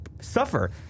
suffer